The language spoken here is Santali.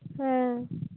ᱦᱮᱸ